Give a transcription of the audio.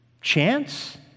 Chance